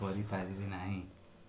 କରିପାରିବି ନାହିଁ